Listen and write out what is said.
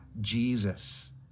Jesus